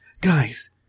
guys